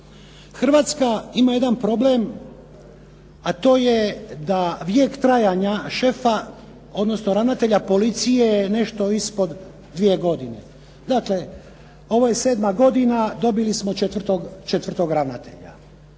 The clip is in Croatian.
Hrvatska ima jedan problem a to je da vijek trajanja šefa, odnosno ravnatelja policije nešto ispod 2 godine, dakle, ovo je 7 godina, dobili smo četvrtog ravnatelja.